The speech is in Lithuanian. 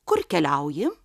kur keliauji